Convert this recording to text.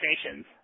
stations